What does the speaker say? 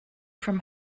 from